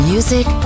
Music